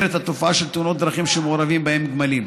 את התופעה של תאונות דרכים שמעורבים בהן גמלים.